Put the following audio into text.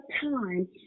time